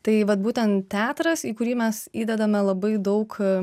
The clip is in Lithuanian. tai vat būtent teatras į kurį mes įdedame labai daug